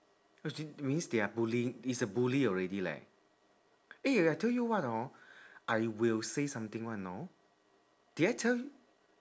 as in it means they are bully it's a bully already leh eh I tell you what hor I will say something one you know did I tell y~